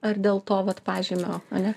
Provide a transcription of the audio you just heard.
ar dėl to vat pažymio ane